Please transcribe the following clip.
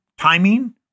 timing